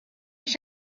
ich